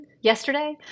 yesterday